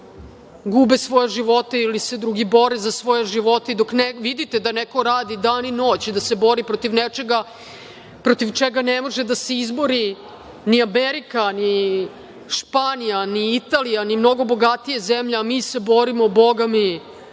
gube svoje živote ili se drugi bore za svoje živote i dok vidite da neko radi dan i noć, da se bori protiv nečega protiv čega ne može da se izbori ni Amerika, ni Španija, ni Italija, ni mnogo bogatije zemlje, a mi se borimo, bogami,